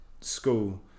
school